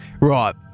Right